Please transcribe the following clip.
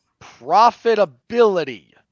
profitability